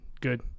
good